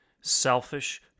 selfish